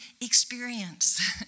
experience